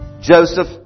Joseph